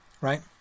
right